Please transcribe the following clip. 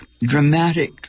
dramatic